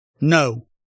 No